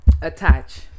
attach